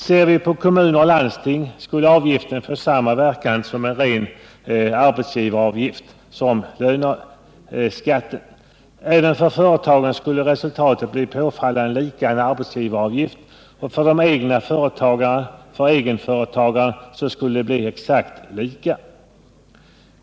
För kommuner och landsting skulle avgiften få samma verkan som en ren arbetsgivaravgift. Även för företagen skulle resultatet bli påfallande likt en arbetsgivaravgift, för egenföretagare exakt likt.